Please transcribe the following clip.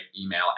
email